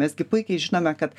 mes gi puikiai žinome kad